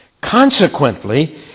Consequently